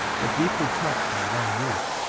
but deeply cut by long use,